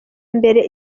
mbere